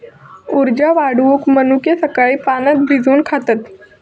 उर्जा वाढवूक मनुके सकाळी पाण्यात भिजवून खातत